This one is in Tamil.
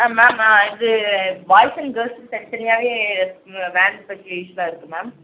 ஆ மேம் இது பாய்ஸ் அண்ட் கேர்ள்ஸுக்கு தனித் தனியாவே வேன் ஃபாசிலிட்டிஸ்லாம் இருக்குது மேம்